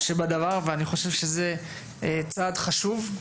ואני חושב שזה צעד חשוב,